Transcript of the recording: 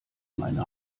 meine